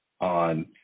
on